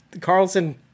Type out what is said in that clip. Carlson